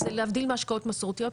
אז להבדיל מהשקעות מסורתיות,